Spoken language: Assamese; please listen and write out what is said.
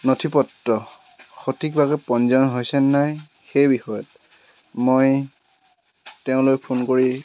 নথি পত্ৰ সঠিকভাৱে পঞ্জীয়ন হৈছেনে নাই সেই বিষয়ত মই তেওঁলৈ ফোন কৰি